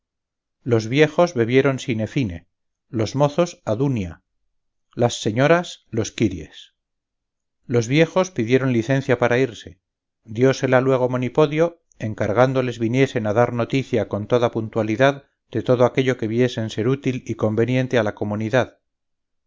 los viejos bebieron sine fine los mozos adunia las señoras los quiries los viejos pidieron licencia para irse diósela luego monipodio encargándoles viniesen a dar noticia con toda puntualidad de todo aquello que viesen ser útil y conveniente a la comunidad